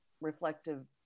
reflective